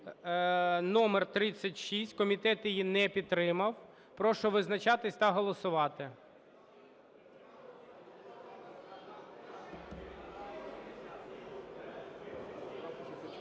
номер 36. Комітет її не підтримав. Прошу визначатися та голосувати.